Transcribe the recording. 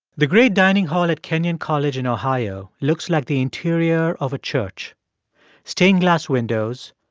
the great dining hall at kenyon college in ohio looks like the interior of a church stained-glass windows,